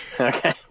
Okay